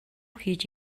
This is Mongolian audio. хийж